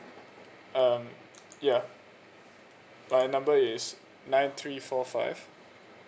um yeah my number is nine three four five